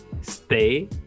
stay